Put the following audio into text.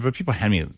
but people hand me,